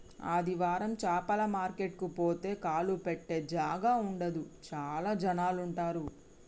ఆదివారం చాపల మార్కెట్ కు పోతే కాలు పెట్టె జాగా ఉండదు చాల జనాలు ఉంటరు